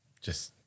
just-